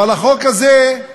אבל החוק הזה,